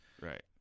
right